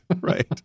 right